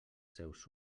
seus